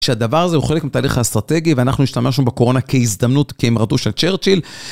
שהדבר הזה הוא חלק מהתהליך האסטרטגי ואנחנו נשתמש עכשיו בקורונה כהזדמנות, כאמרתו של צ'רצ'יל.